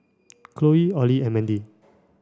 Khloe Ollie and Mandy